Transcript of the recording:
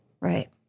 Right